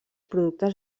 productes